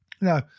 No